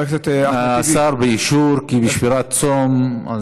השר באישור כי הוא בשבירת צום.